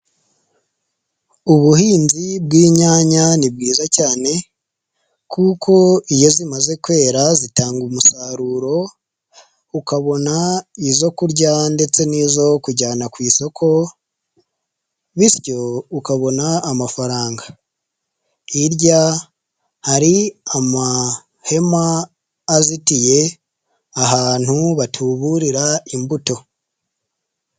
Ubuhinzi bw'inyanya ni bwiza cyane kuko iyo zimaze kwera zitanga umusaruro, ukabona izo kurya ndetse n'izo kujyana ku isoko bityo ukabona amafaranga, hirya hari amahema azitiye ahantu batuburira imbuto.